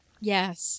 Yes